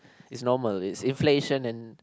is normal is inflation and